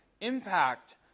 impact